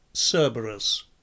Cerberus